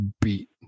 beat